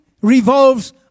revolves